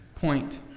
point